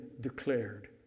declared